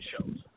shows